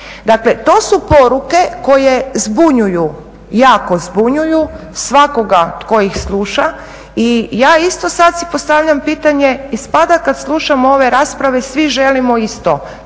Dakle, to su poruke koje zbunjuju, jako zbunjuju svakoga tko ih sluša i ja isto sad si postavljam pitanje ispada kad slušamo ove rasprave svi želimo isto,